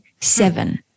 seven